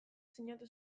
sinatu